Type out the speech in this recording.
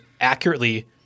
accurately –